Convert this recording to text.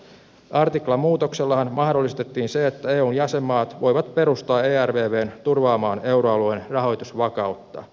artiklamuutoksellahan mahdollistettiin se että eun jäsenmaat voivat perustaa ervvn turvaamaan euroalueen rahoitusvakautta